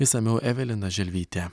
išsamiau evelina želvytė